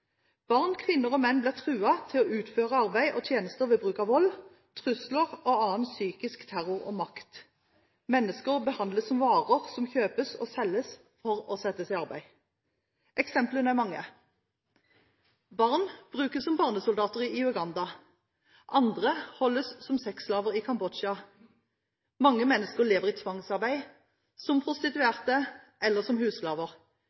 Barn, kvinner og menn blir truet til å utføre arbeid og tjenester ved bruk av vold, trusler og annen psykisk terror og makt. Mennesker behandles som varer som kjøpes og selges for å settes i arbeid. Eksemplene er mange. Barn brukes som barnesoldater i Uganda. Andre holdes som sexslaver i Kambodsja. Mange mennesker lever i tvangsarbeid, som prostituerte eller som